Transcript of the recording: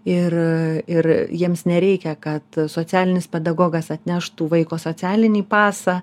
ir ir jiems nereikia kad socialinis pedagogas atneštų vaiko socialinį pasą